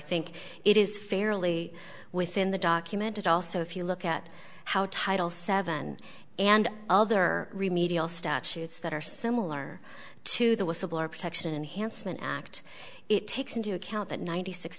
think it is fairly within the documented also if you look at how title seven and other remedial statutes that are similar to the whistleblower protection and hanson act it takes into account that ninety six